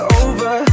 over